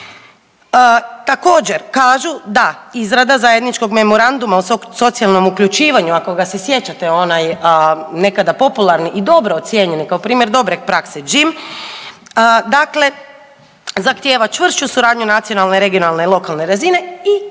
Također, kažu da izrada Zajedničkog memoranduma o socijalnom uključivanju ako ga se sjećate, onaj nekada popularni i dobro ocijenjeni, kao primjer dobre prakse, JIM, dakle, zahtijeva čvršću suradnju nacionalne, regionalne i lokalne razine i